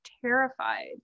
terrified